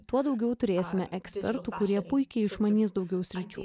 tuo daugiau turėsime ekspertų kurie puikiai išmanys daugiau sričių